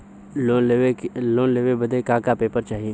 Loan लेवे बदे का का पेपर चाही?